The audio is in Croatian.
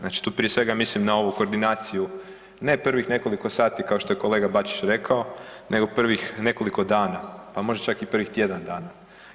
Znači tu prije svega mislim na ovu koordinaciju, ne prvih nekoliko sati kao što je kolega Bačić rekao, nego prvih nekoliko dana, pa možda čak i prvih tjedan dana.